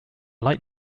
light